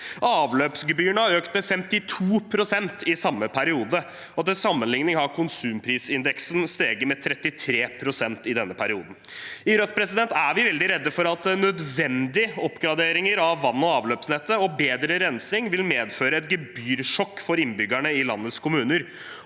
Avløpsgebyrene har økt med 52 pst. i samme periode, og til sammenligning har konsumprisindeksen steget med 33 pst. i denne perioden. I Rødt er vi veldig redde for at nødvendige oppgraderinger av vann- og avløpsnettet og bedre rensing vil medføre et gebyrsjokk for innbyggerne i landets kommuner.